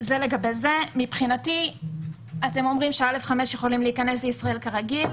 אתם אומרים ש-א5 יכולים להיכנס לישראל כרגיל,